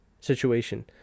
situation